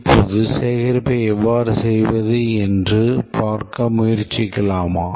இப்போது சேகரிப்பை எவ்வாறு செய்வது என்று பார்க்க முயற்சிக்கலாமா